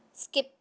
skip